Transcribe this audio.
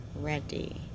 Ready